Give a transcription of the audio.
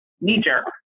knee-jerk